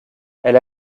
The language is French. elle